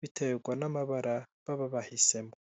biterwa n'amabara baba bahisemo.